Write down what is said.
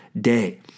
day